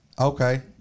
Okay